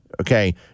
okay